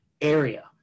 area